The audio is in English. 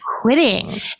quitting